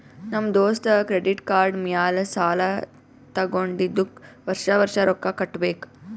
ನಮ್ ದೋಸ್ತ credit card ಮ್ಯಾಲ ಸಾಲಾ ತಗೊಂಡಿದುಕ್ ವರ್ಷ ವರ್ಷ ರೊಕ್ಕಾ ಕಟ್ಟಬೇಕ್